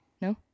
No